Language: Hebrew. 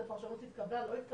איזו פרשנות התקבלה או לא התקבלה,